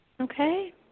Okay